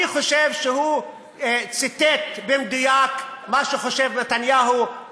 אני חושב שהוא ציטט במדויק את מה שחושב נתניהו,